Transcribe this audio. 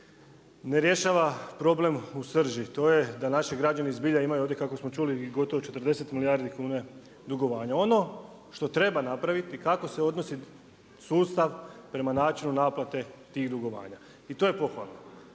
ne rješava problem u srži to je da naši građani zbilja imaju ovdje kako smo čuli gotovo 40 milijardi kuna dugovanja. Ono što treba napraviti i kako se odnosi sustav prema načinu naplate tih dugovanja i to je pohvalno.